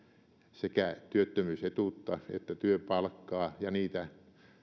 sekä työttömyysetuutta että työpalkkaa ja niitä